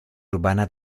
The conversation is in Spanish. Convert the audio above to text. urbana